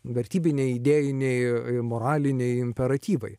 vertybiniai idėjiniai moraliniai imperatyvai